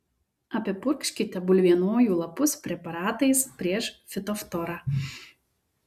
apipurkškite bulvienojų lapus preparatais prieš fitoftorą